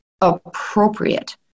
appropriate